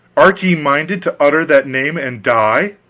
are ye minded to utter that name and die?